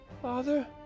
Father